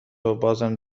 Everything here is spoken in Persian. وبازم